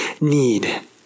need